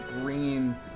green